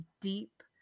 deep